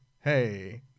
hey